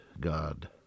God